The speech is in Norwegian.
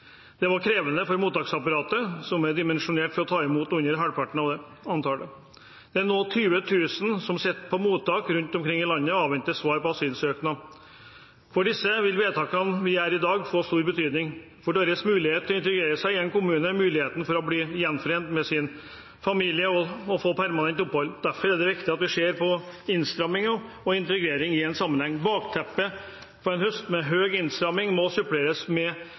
Det var krevende for mottaksapparatet, som er dimensjonert for å ta imot under halvparten av antallet. Det er nå 20 000 som sitter på mottak rundt omkring i landet og avventer svar på asylsøknad. For disse vil vedtakene vi gjør i dag, få stor betydning for deres mulighet til å integreres i en kommune, muligheten for å bli gjenforent med sin familie og å få permanent opphold. Derfor er det viktig at vi ser på innstramminger og integrering i sammenheng. Bakteppet fra i høst med høy innstramming må suppleres med